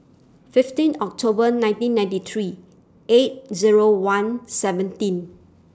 fifteen October nineteen ninety three eight Zero one seventeen